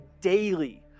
daily